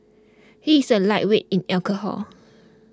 he is a lightweight in alcohol